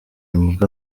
imbwa